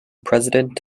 president